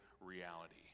reality